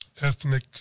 ethnic